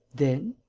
then?